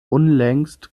unlängst